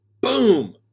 Boom